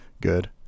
good